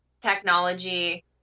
technology